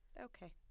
Okay